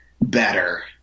better